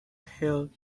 held